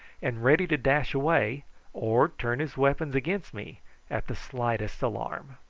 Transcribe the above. and ready to dash away or turn his weapons against me at the slightest alarm.